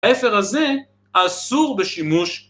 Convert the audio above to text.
העפר הזה אסור בשימוש